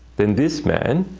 then this man